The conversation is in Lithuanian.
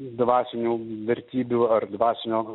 dvasinių vertybių ar dvasinio